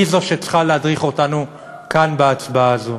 היא זו שצריכה להדריך אותנו כאן בהצבעה הזו.